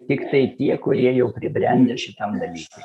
tiktai tie kurie jau pribrendę šitam dalykui